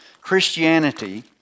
Christianity